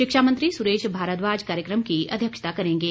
शिक्षा मंत्री सुरेश भारद्वाज कार्यक्रम की अध्यक्षता करेंगे